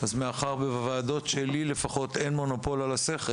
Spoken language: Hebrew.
אז מאחר שלפחות בוועדות שלי אין מונופול על השכל